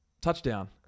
Touchdown